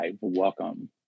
Welcome